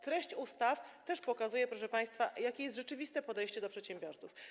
Treść ustaw też pokazuje, proszę państwa, jakie jest rzeczywiste podejście do przedsiębiorców.